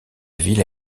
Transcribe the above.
ville